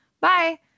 bye